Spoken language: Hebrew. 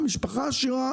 למשפחה עשירה